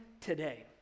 today